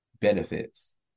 benefits